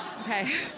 Okay